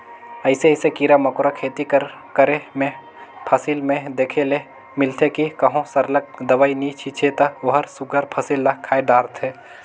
अइसे अइसे कीरा मकोरा खेती कर करे में फसिल में देखे ले मिलथे कि कहों सरलग दवई नी छींचे ता ओहर सुग्घर फसिल ल खाए धारथे